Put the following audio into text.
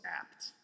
apt